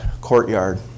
courtyard